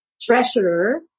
treasurer